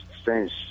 strange